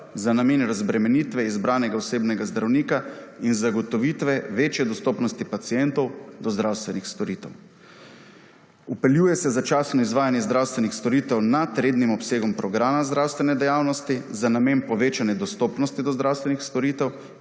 za namen razbremenitve izbranega osebnega zdravnika in zagotovitve večje dostopnosti pacientov do zdravstvenih storitev. Vpeljuje se začasno izvajanje zdravstvenih storitev nad rednim obsegom programa zdravstvene dejavnosti za namen povečanja dostopnosti do zdravstvenih storitev